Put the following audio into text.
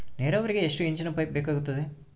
ನೇರಾವರಿಗೆ ಎಷ್ಟು ಇಂಚಿನ ಪೈಪ್ ಬೇಕಾಗುತ್ತದೆ?